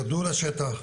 תרדו לשטח,